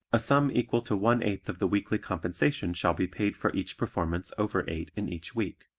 a sum equal to one-eighth of the weekly compensation shall be paid for each performance over eight in each week.